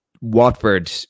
Watford